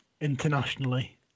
internationally